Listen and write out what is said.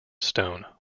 stone